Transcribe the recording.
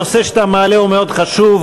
הנושא שאתה מעלה הוא מאוד חשוב,